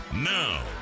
Now